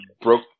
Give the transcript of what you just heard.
broke